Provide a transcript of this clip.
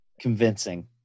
Convincing